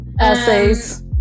essays